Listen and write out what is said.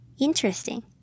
Interesting